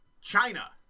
China